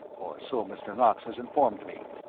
or so mr. knox has informed me.